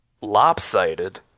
lopsided